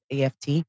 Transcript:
AFT